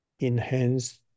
enhance